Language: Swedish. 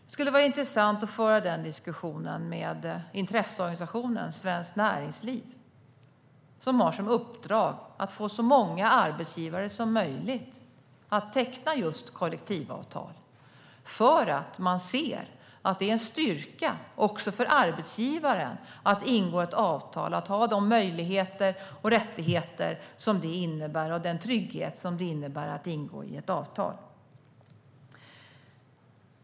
Det skulle vara intressant att föra den diskussionen med intresseorganisationen Svenskt Näringsliv, som har som uppdrag att få så många arbetsgivare som möjligt att teckna just kollektivavtal. Man ser nämligen att det också för arbetsgivaren är en styrka att ingå ett avtal, att ha de möjligheter, rättigheter och den trygghet som det innebär att ingå i ett avtal.